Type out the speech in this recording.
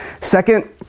Second